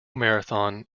marathon